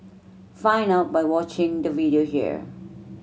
find out by watching the video here